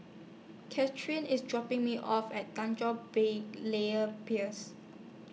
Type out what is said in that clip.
Cathryn IS dropping Me off At Tanjong Berlayer Piers